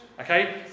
Okay